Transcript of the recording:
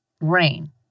rain